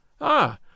Ah